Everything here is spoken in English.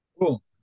Cool